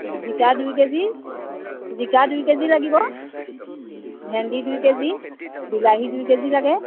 জিকা দুই কেজি জিকা দুই কেজি লাগিব ভেন্দি দুই কেজি বিলাহী দুই কেজি লাগে